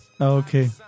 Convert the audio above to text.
okay